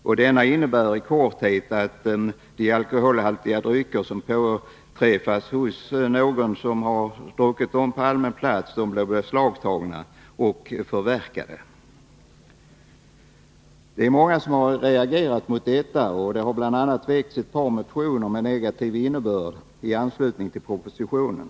Ändringen innebär i korthet att de alkoholhaltiga drycker som påträffas hos en omhändertagen, som stört ordningen genom att offentligt dricka alkohol på allmän plats, både kan beslagtas och anses förverkade. Många har reagerat mot detta, och bl.a. har ett par motioner med negativ attityd till förslaget väckts i anslutning till propositionen.